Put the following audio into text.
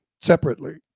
Separately